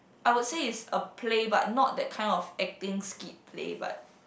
I would say it's a play but not that kind of acting skit play but